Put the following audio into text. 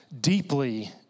deeply